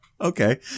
Okay